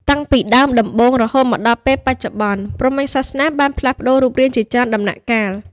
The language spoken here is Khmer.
តាំងពីដើមដំបូង រហូតមកដល់ពេលបច្ចុប្បន្ន ព្រហ្មញ្ញសាសនាបានផ្លាស់ប្ដូររូបរាងជាច្រើនដំណាក់កាល។